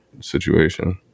situation